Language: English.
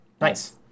Nice